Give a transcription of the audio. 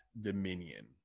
Dominion